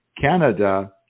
Canada